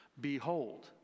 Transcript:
Behold